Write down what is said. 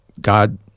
God